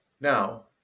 Now